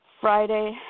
Friday